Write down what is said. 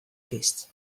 kinst